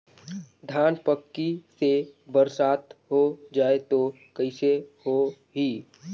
धान पक्की से बरसात हो जाय तो कइसे हो ही?